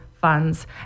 funds